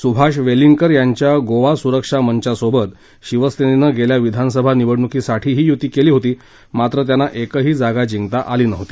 सुभाष वेलिंगकर यांच्या गोवा सुरक्षा मंचासोबत शिवसेनेनं गेल्या विधानसभा निवडणुकीसाठीही युती केली होती मात्र त्यांना एकही जागा जिंकता आली नव्हती